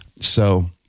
So-